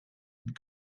and